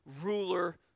ruler